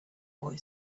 boy